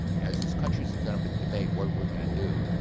as this country's going to but debate what we're going to do.